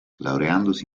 laureandosi